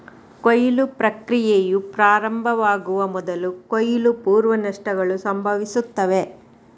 ಕೊಯ್ಲು ಪ್ರಕ್ರಿಯೆಯು ಪ್ರಾರಂಭವಾಗುವ ಮೊದಲು ಕೊಯ್ಲು ಪೂರ್ವ ನಷ್ಟಗಳು ಸಂಭವಿಸುತ್ತವೆ